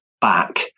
back